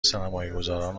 سرمایهگذاران